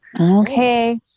Okay